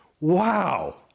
wow